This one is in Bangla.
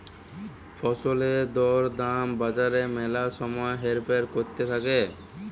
ফসলের দর দাম বাজারে ম্যালা সময় হেরফের ক্যরতে থাক্যে